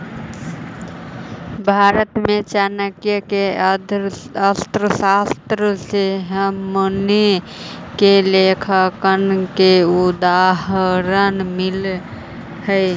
भारत में चाणक्य के अर्थशास्त्र से हमनी के लेखांकन के उदाहरण मिल हइ